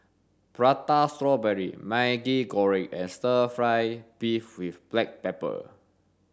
prata strawberry maggi goreng and stir fry beef with black pepper